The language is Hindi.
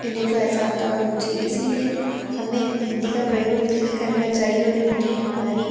इन्हें तो ऐसा आता और मुझे इसलिए हमें हिन्दी का प्रयोग ही करना चाहिए और हिन्दी हमारी